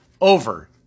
over